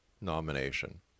nomination